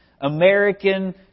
American